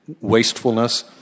wastefulness